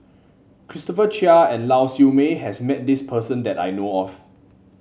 Christopher Chia and Lau Siew Mei has met this person that I know of